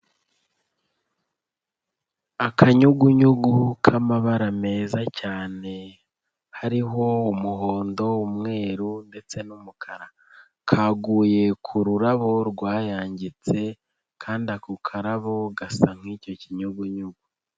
Akanyugunyugu k'amabara meza cyane hariho umuhondo, umweru ndetse n'umukara. Kaguye ku rurabo rwayangitse, kandi ako karabo gasa nk'icyo kinyugunyugu.